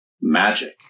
magic